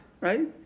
Right